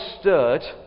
stirred